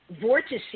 vortices